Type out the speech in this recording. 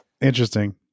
Interesting